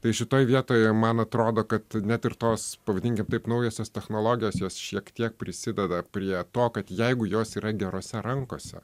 tai šitoj vietoje man atrodo kad net ir tos pavadinkim taip naujosios technologijos jos šiek tiek prisideda prie to kad jeigu jos yra gerose rankose